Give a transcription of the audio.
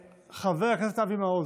חבר הכנסת אבי מעוז,